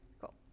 cool